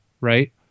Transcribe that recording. right